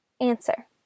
Answer